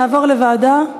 נעבור לוועדה,